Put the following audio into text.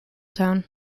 town